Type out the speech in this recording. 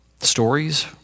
stories